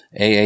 AA